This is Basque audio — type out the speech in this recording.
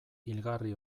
hilgarri